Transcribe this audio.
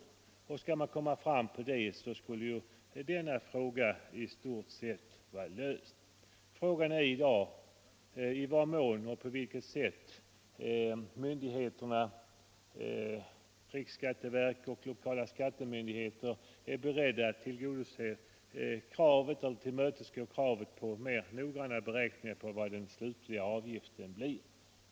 Därmed skulle detta problem = regler för egenavgifi stort sett vara löst. ter Frågan är i dag i vad mån och på vilket sätt riksskatteverket och de lokala skattemyndigheterna är beredda att tillgodose kravet på mer noggranna beräkningar av den slutliga avgiftens storlek.